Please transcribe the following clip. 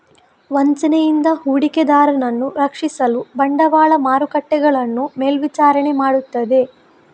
ವಂಚನೆಯಿಂದ ಹೂಡಿಕೆದಾರರನ್ನು ರಕ್ಷಿಸಲು ಬಂಡವಾಳ ಮಾರುಕಟ್ಟೆಗಳನ್ನು ಮೇಲ್ವಿಚಾರಣೆ ಮಾಡುತ್ತದೆ